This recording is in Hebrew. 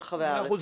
ברחבי הארץ.